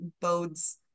bodes